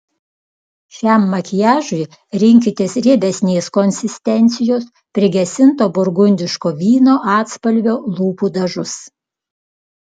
šiam makiažui rinkitės riebesnės konsistencijos prigesinto burgundiško vyno atspalvio lūpų dažus